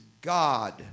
God